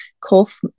cough